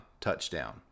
touchdown